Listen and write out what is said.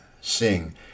sing